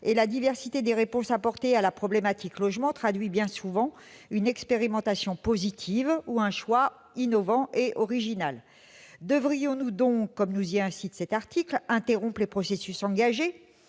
et la diversité des réponses apportées à la problématique du logement recouvre bien souvent des expérimentations positives ou des choix innovants et originaux. Devrions-nous donc, comme nous y invite cet article, interrompre les processus engagés